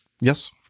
yes